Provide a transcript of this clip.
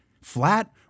flat